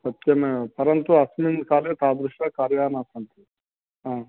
सत्यमेव परन्तु अस्मिन् काले तादृशकार्याणि न सन्ति हा